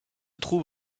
trouve